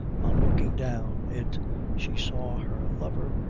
on looking down it she saw her lover,